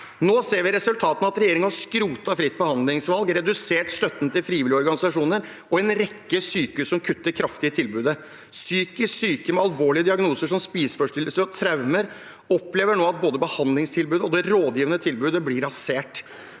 Nå ser vi resultatene av at regjeringen har skrotet fritt behandlingsvalg og redusert støtten til frivillige organisasjoner, og at en rekke sykehus kutter kraftig i tilbudet. Psykisk syke med alvorlige diagnoser, som spiseforstyrrelser og traumer, opplever nå at både behandlingstilbud og det rådgivende tilbudet blir rasert.